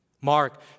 Mark